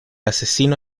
asesino